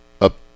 up